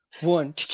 one